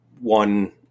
one